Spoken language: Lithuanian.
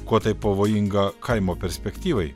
kuo tai pavojinga kaimo perspektyvai